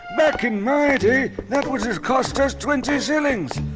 back in my cost us twenty shillings.